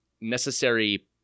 necessary